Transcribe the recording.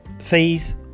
fees